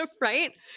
right